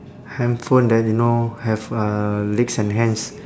handphone that you know have uh legs and hands